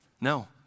No